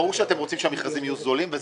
ברור שאתם רוצים שהמכרזים יהיו זולים ויעילים,